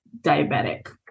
diabetic